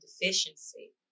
deficiency